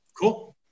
Cool